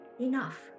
Enough